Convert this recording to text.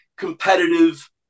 competitive